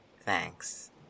Thanks